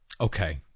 Okay